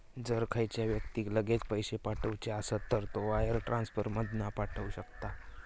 जर खयच्या व्यक्तिक लगेच पैशे पाठवुचे असत तर तो वायर ट्रांसफर मधना पाठवु शकता